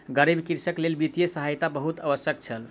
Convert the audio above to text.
गरीब कृषकक लेल वित्तीय सहायता बहुत आवश्यक छल